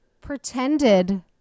pretended